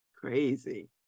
Crazy